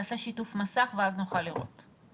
תעשה שיתוף מסך ואז נוכל לראות.